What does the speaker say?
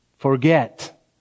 Forget